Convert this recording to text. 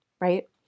right